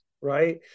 right